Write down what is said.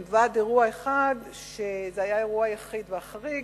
מלבד אירוע אחד שהיה אירוע יחיד וחריג.